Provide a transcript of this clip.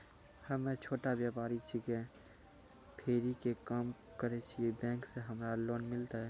हम्मे छोटा व्यपारी छिकौं, फेरी के काम करे छियै, बैंक से हमरा लोन मिलतै?